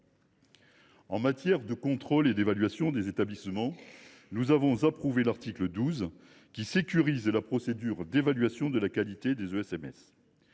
En matière de contrôle et d’évaluation des établissements, nous avons approuvé l’article 12, qui sécurise la procédure d’évaluation de la qualité des ESMS.